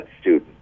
student